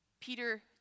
Peter